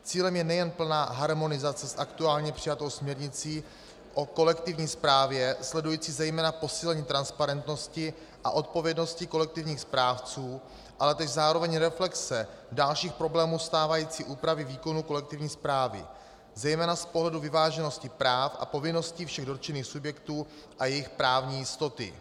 Cílem je nejen plná harmonizace s aktuálně přijatou směrnicí o kolektivní správě sledující zejména posílení transparentnosti a odpovědnosti kolektivních správců, ale též zároveň reflexe dalších problémů stávající úpravy výkonu kolektivní správy zejména z pohledu vyváženosti práv a povinností všech dotčených subjektů a jejich právní jistoty.